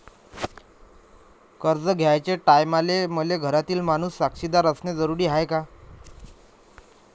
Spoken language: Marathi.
कर्ज घ्याचे टायमाले मले घरातील माणूस साक्षीदार असणे जरुरी हाय का?